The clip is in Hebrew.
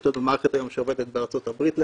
יש לנו מערכת שעובדת היום בארצות הברית למשל,